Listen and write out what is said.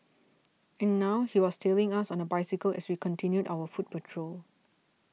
and now he was tailing us on a bicycle as we continued our foot patrol